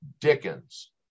Dickens